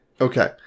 Okay